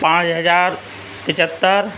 پانچ ہزار پچھتر